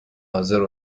حاضر